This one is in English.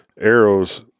arrows